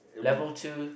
level two